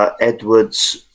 edwards